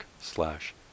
slash